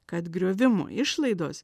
kad griovimo išlaidos